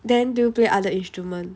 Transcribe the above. then do you play other instrument